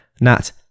nat